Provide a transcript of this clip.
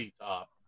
Top